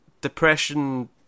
depression